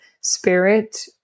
spirit